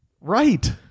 right